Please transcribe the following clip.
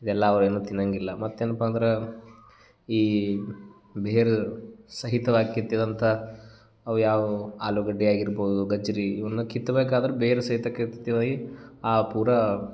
ಇದೆಲ್ಲಾ ಅವ್ರು ಏನು ತಿನ್ನಂಗಿಲ್ಲ ಮತ್ತು ಏನಪ್ಪ ಅಂದ್ರೆ ಈ ಬೇರು ಸಹಿತವಾಗಿ ಕಿತ್ತಿದಂಥ ಅವು ಯಾವುವು ಆಲೂಗಡ್ಡೆ ಆಗಿರ್ಬೋದು ಗಜ್ರಿ ಇವುನ್ನ ಕಿತ್ಬೇಕಾದ್ರೆ ಬೇರು ಸಹಿತ ಕಿತ್ತಿತವಯಿ ಆ ಪೂರ